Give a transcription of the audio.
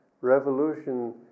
revolution